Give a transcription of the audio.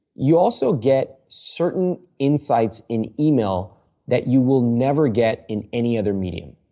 you also get certain insights in email that you will never get in any other medium.